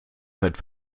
seit